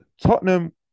Tottenham